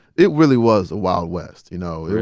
it really was a wild west, you know.